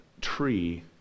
tree